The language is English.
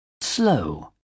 slow